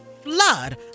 flood